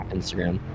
Instagram